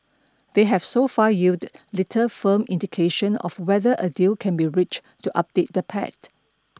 they have so far yielded little firm indication of whether a deal can be reached to update the pact